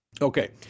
Okay